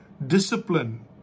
discipline